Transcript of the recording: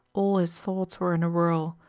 all his thoughts were in a whirl,